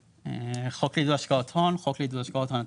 "חוק לעידוד השקעות הון" - חוק לעידוד השקעות הון,